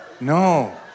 no